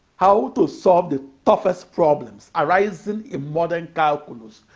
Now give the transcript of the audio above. how to solve the toughest problems arising in modern calculus,